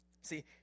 See